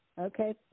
Okay